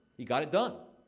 he got it done.